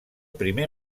primer